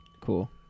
cool